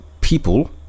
people